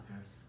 yes